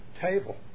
table